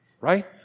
right